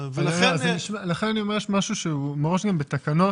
לכן אני אומר שיש משהו מראש גם בתקנות